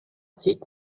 zieht